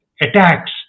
attacks